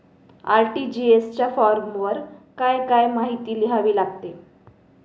RTGS च्या फॉर्मवर काय काय माहिती लिहावी लागते?